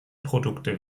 produkte